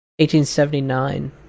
1879